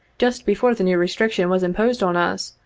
just before the new restriction was imposed on us,